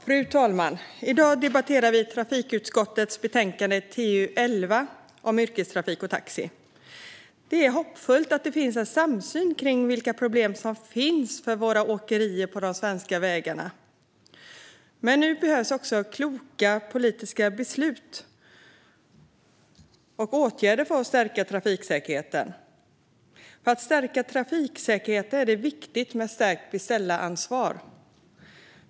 Fru talman! I dag debatterar vi trafikutskottets betänkande TU11 Yrkestrafik och taxi . Det känns hoppfullt att det finns en samsyn kring vilka problem som finns för våra åkerier på de svenska vägarna. Men nu behövs det också kloka politiska beslut och åtgärder för att stärka trafiksäkerheten. För att stärka trafiksäkerheten är det viktigt med stärkt beställaransvar.